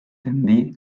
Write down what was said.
tendí